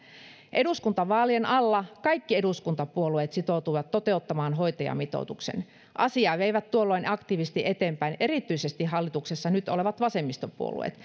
eduskuntavaalien alla kaikki eduskuntapuolueet sitoutuivat toteuttamaan hoitajamitoituksen asiaa veivät tuolloin aktiivisesti eteenpäin erityisesti hallituksessa nyt olevat vasemmistopuolueet